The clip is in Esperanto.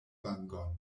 vangon